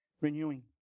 renewing